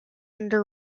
under